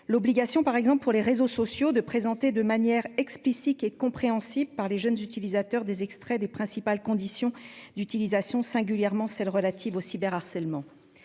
l'obligation par exemple pour les réseaux sociaux de présenter de manière explicite et compréhensible par les jeunes utilisateurs des extraits des principales conditions d'utilisation singulièrement celles relatives au cyber harcèlement